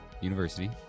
University